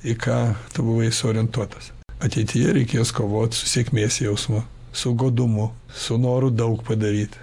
į ką tu buvai suorientuotas ateityje reikės kovot su sėkmės jausmu su godumu su noru daug padaryt